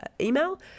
email